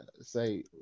say